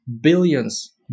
billions